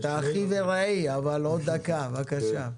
אתה אחי ורעי, אבל עוד דקה, בבקשה.